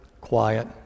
quiet